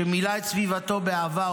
שמילא את סביבתו באהבה,